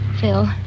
Phil